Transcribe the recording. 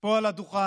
פה על הדוכן,